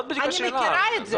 אני מכירה את זה.